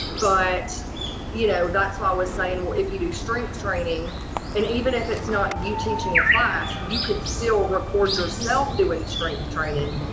but you know that's what i was saying. well, if you do strength training and even if it's not you teaching a class you could still record yourself doing strength training.